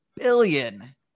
billion